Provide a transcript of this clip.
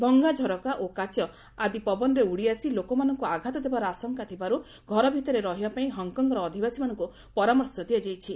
ଭଙ୍ଗା ଝରକା ଓ କାଚ ଆଦି ପବନରେ ଉଡ଼ିଆସି ଲୋକମାନଙ୍କୁ ଆଘାତ ଦେବାର ଆଶଙ୍କା ଥିବାରୁ ଘରଭିତରେ ରହିବାପାଇଁ ହଂକଂର ଅଧିବାସୀମାନଙ୍କୁ ପରାମର୍ଶ ଦିଆଯାଇଛି